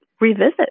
revisit